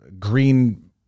green